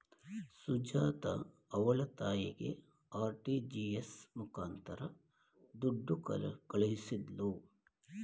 ಸುಜಾತ ಅವ್ಳ ತಾಯಿಗೆ ಆರ್.ಟಿ.ಜಿ.ಎಸ್ ಮುಖಾಂತರ ದುಡ್ಡು ಕಳಿಸಿದ್ಲು